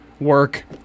work